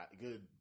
good